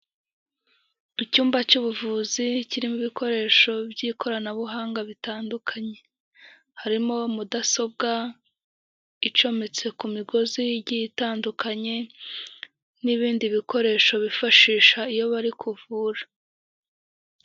Mu cyumba cy'ubuvuzi, kirimo ibikoresho by'ikoranabuhanga bitandukanye, harimo mudasobwa icometse ku migozi igiye itandukanye, n'ibindi bikoresho bifashisha iyo bari kuvura.